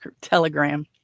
Telegram